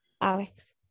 Alex